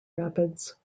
rapids